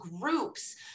groups